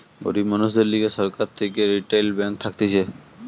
গরিব মানুষদের লিগে সরকার থেকে রিইটাল ব্যাঙ্ক থাকতিছে